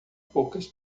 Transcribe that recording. poucas